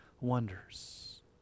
wonders